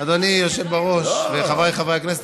אדוני היושב-ראש וחבריי חברי הכנסת,